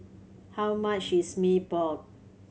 how much is Mee Pok